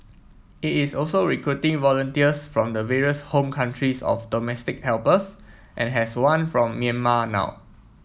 it is also recruiting volunteers from the various home countries of domestic helpers and has one from Myanmar now